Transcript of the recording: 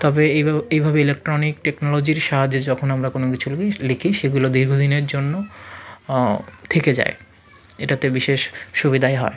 তবে এইভাবে এইভাবে ইলেকট্রনিক টেকনোলজির সাহায্যে যখন আমরা কোনো কিছু লিখি সেগুলো দীর্ঘদিনের জন্য থেকে যায় এটাতে বিশেষ সুবিধাই হয়